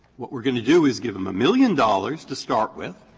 what we're going to do is give them a million dollars to start with,